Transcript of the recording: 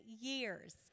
years